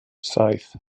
saith